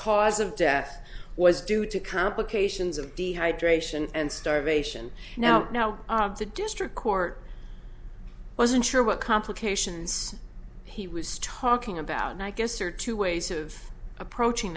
cause of death was due to complications of dehydration and starvation now now the district court wasn't sure what complications he was talking about and i guess are two ways of approaching